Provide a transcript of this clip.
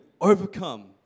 overcome